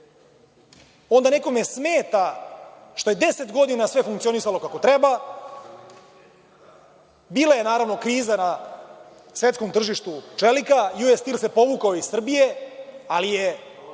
Onda nekome smeta što je deset godina sve funkcionisalo kako treba. Bila je, naravno, kriza na svetskom tržištu čelika, „Ju Es Stil“ se povukao iz Srbije, ali je